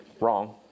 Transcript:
wrong